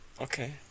Okay